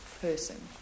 person